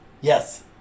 yes